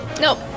Nope